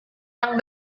yang